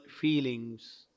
feelings